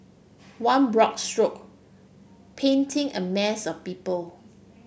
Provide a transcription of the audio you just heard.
one broad stroke painting a mass of people